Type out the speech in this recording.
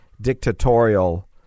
dictatorial